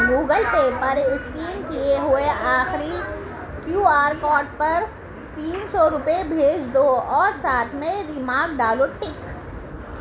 Google Pay پر scan کیے ہوئے آخری کیو آر کوڈ پر تین سو روپئے بھیج دو اور ساتھ میں ریمارک ڈالو ٹک